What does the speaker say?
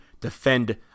defend